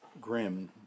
grim